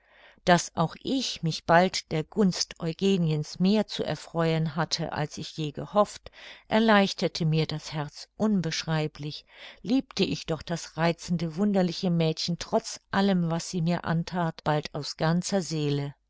daß auch ich mich bald der gunst eugeniens mehr zu erfreuen hatte als ich je gehofft erleichterte mir das herz unbeschreiblich liebte ich doch das reizende wunderliche mädchen trotz allem was sie mir anthat bald aus ganzer seele